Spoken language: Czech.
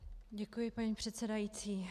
Děkuji, paní předsedající.